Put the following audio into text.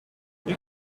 you